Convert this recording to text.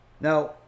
now